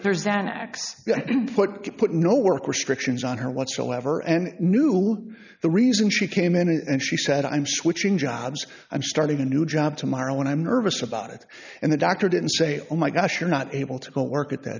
put put no work restrictions on her whatsoever and knew all the reasons she came in and she said i'm switching jobs i'm starting a new job tomorrow and i'm nervous about it and the doctor didn't say oh my gosh you're not able to go work at